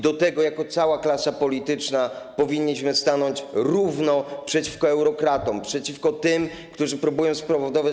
Do tego jako cała klasa polityczna powinniśmy stanąć równo przeciwko eurokratom, przeciwko tym, którzy próbują spowodować…